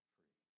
Free